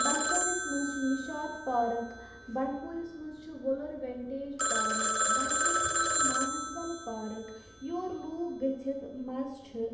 بَنٛڈپوٗرِس منٛز چھِ نِشاط پارک بَنٛڈپوٗرِس منٛز چھِ وُلُر ونٹیج پارک بَنٛڈپوٗرِس منٛز چھِ مانَسبَل پارَک یور لوٗکھ گٔژھِتھ مَزٕ چھِ